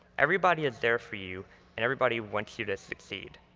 everybody is there for you and everybody wants you to succeed.